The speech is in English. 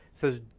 Says